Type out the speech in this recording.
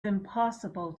impossible